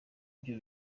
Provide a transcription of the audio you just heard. byo